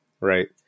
Right